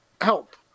help